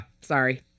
Sorry